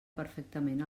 perfectament